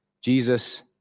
Jesus